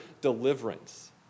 deliverance